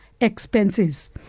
expenses